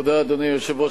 אדוני היושב-ראש,